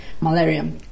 malaria